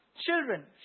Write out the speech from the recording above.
Children